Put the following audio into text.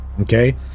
Okay